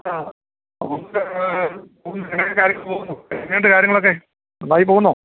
ആ ഒന്നുമില്ല എങ്ങനെ കാര്യങ്ങളൊക്കെ പോകുന്നു എങ്ങനെയുണ്ട് കാര്യങ്ങളൊക്കെ സുഖമായി പോകുന്നോ